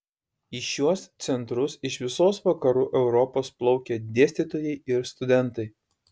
į šiuos centrus iš visos vakarų europos plaukė dėstytojai ir studentai